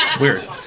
Weird